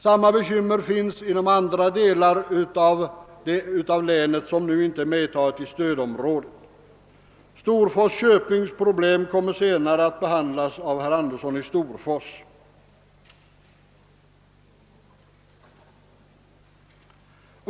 Samma bekymmer finns i vissa av de andra delarna av länet, som nu inte medtagits i stödområdet. Storfors köpings problem kommer senare att behandlas av herr Andersson i Storfors.